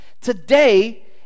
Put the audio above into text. today